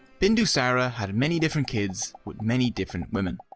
bindusara, had many different kids with many different women.